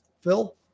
Phil